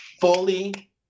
fully